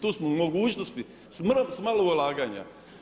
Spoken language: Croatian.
Tu smo u mogućnosti s malo ulaganja.